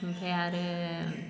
ओमफाय आरो